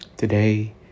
Today